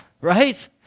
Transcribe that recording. Right